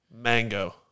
mango